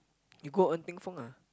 you go Ng-Teng-Fong ah